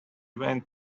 went